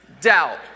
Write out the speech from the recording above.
Doubt